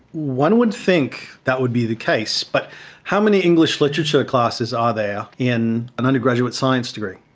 one would think that would be the case, but how many english literature classes are there in an undergraduate science degree?